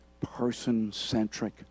person-centric